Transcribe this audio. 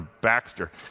Baxter